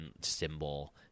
symbol